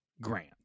Grant